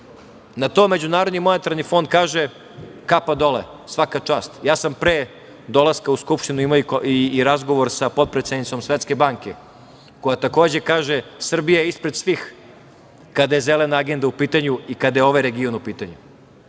i boljom za život. Na to MMF kaže – kapa dole, svaka čast. Ja sam pre dolaska u Skupštinu imao i razgovor sa potpredsednicom Svetske banke koja takođe kaže - Srbija je ispred svih, kada je zelena agenda u pitanju i kada je ovaj region u pitanju.Zašto